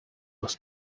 must